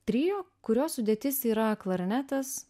trio kurio sudėtis yra klarnetas